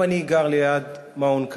גם אני גר ליד מעון כזה,